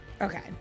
Okay